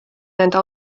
nende